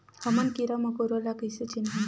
हमन कीरा मकोरा ला कइसे चिन्हन?